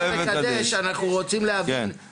אם זה ראה וקדש אנחנו רוצים להבין